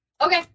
Okay